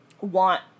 want